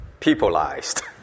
peopleized